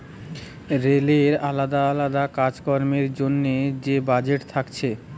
রেলের আলদা আলদা কাজ কামের জন্যে যে বাজেট থাকছে